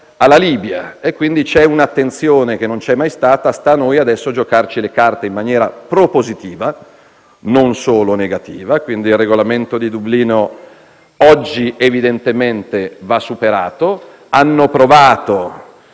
alla Libia. Quindi c'è un'attenzione che non c'è mai stata; sta a noi adesso giocarci le carte in maniera propositiva, non solo negativa. Il regolamento di Dublino oggi evidentemente va superato. Hanno provato